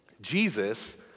Jesus